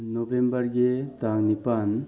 ꯅꯣꯕꯦꯝꯕꯔꯒꯤ ꯇꯥꯡ ꯅꯤꯄꯥꯟ